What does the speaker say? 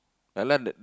ya lah the